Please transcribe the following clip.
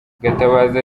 gatabazi